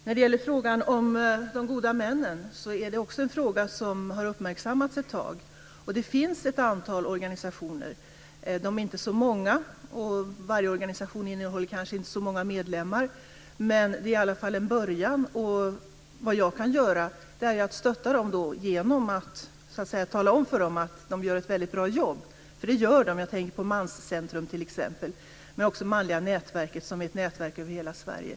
Fru talman! Frågan om de goda männen har uppmärksammats ett tag. Det finns ett antal organisationer. De är inte så många, och varje organisation innehåller kanske inte så många medlemmar. Men det är i varje fall en början. Vad jag kan göra är att stötta dem genom att tala om för dem att de gör ett bra jobb, för det gör de. Jag tänker t.ex. på Manscentrum, men också på Manliga nätverket, som är ett nätverk över hela Sverige.